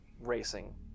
racing